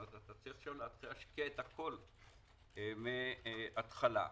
אתה צריך עכשיו להתחיל להשקיע את הכול מן ההתחלה.